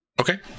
Okay